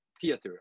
theater